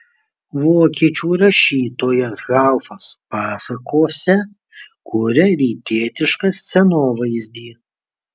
vokiečių rašytojas haufas pasakose kuria rytietišką scenovaizdį